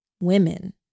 Women